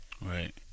Right